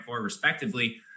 respectively